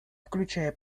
включая